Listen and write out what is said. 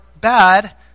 bad